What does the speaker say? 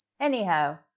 anyhow